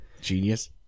genius